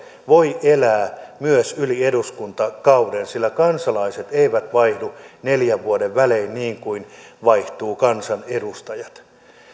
voi elää myös yli eduskuntakauden sillä kansalaiset eivät vaihdu neljän vuoden välein niin kuin vaihtuvat kansanedustajat